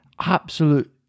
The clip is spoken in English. absolute